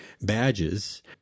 badges